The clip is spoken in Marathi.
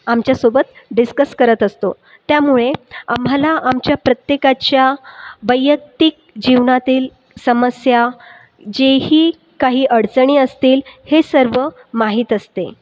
आमच्यासोबत डिस्कस करत असतो त्यामुळे आम्हाला आमच्या प्रत्येकाच्या वैयक्तिक जीवनातील समस्या जेही काही अडचणी असतील हे सर्व माहीत असते